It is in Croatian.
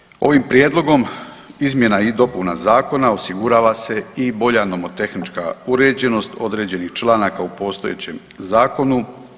I na kraju, ovim prijedlogom izmjena i dopuna zakona osigurava se i bolja nomotehnička uređenost određenih članaka u postojećem zakonu.